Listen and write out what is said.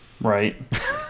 Right